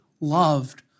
loved